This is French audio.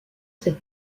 cette